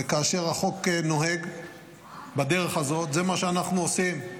וכאשר החוק נוהג בדרך הזאת, זה מה שאנחנו עושים.